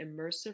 immersive